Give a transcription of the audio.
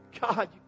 God